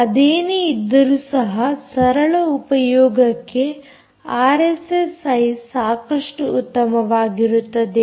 ಅದೇನೇ ಇದ್ದರೂ ಸಹ ಸರಳ ಉಪಯೋಗಕ್ಕೆ ಆರ್ಎಸ್ಎಸ್ಐ ಸಾಕಷ್ಟು ಉತ್ತಮವಾಗಿರುತ್ತದೆ